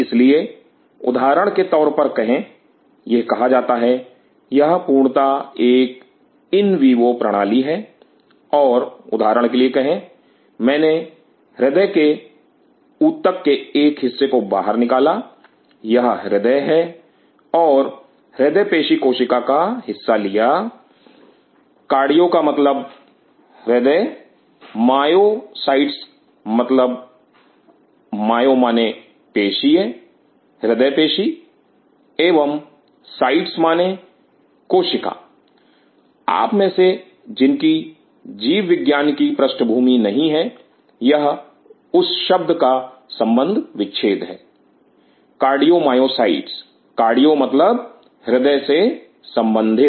इसलिए उदाहरण के तौर पर कहे यह कहा जाता है यह पूर्णता एक इन वीवो प्रणाली है और उदाहरण के लिए कहे मैंने हृदय के ऊतक के एक हिस्से को बाहर निकाला यह हृदय है और हृदय पेशीकोशिका का हिस्सा लिया कार्डियो का मतलब हृदय मायोसाइट्स मतलब मायो माने पेशीय हृदय पेशी एवं साइट्स माने कोशिका आप में से जिनकी जीव विज्ञान की विस्तृत पृष्ठभूमि नहीं है यह उस शब्द का संबंध विच्छेद है कार्डियोमायोसाइट कार्डियो मतलब हृदय से संबंधित